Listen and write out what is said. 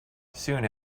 soon